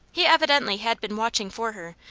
he evidently had been watching for her,